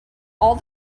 all